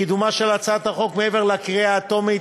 קידומה של הצעת החוק מעבר לקריאה הטרומית